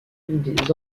des